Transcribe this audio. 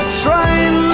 train